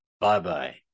Bye-bye